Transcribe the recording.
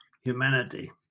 humanity